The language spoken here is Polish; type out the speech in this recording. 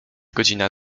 godzina